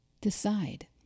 decide